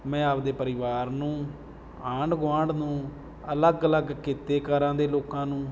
ਮੈਂ ਆਪਦੇ ਪਰਿਵਾਰ ਨੂੰ ਆਂਢ ਗੁਆਂਢ ਨੂੰ ਅਲੱਗ ਅਲੱਗ ਕਿੱਤੇ ਕਾਰਾਂ ਦੇ ਲੋਕਾਂ ਨੂੰ